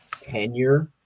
tenure